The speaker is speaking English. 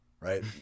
right